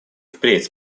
впредь